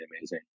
amazing